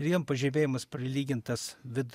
ir jiem pažymėjimas prilygintas vid